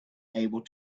able